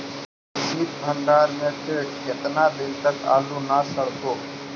सित भंडार में के केतना दिन तक आलू न सड़तै?